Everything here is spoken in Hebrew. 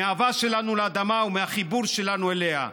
מהאהבה שלנו לאדמה ומהחיבור שלנו אליה.